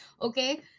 okay